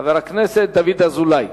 חבר הכנסת דוד אזולאי.